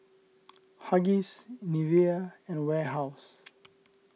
Huggies Nivea and Warehouse